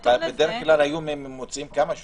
סימן ה' לפרק ה' לחוק סדר הדין הפלילי,